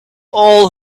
all